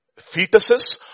fetuses